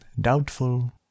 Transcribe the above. doubtful